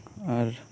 ᱟᱨ